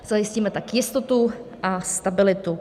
Zajistíme tak jistotu a stabilitu.